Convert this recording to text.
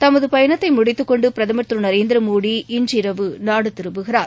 தமதுபயணத்தைமுடித்துகொண்டுபிரதமர் திருநரேந்திரமோடி இன்றிரவு நாடுதிரும்புகிறார்